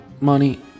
money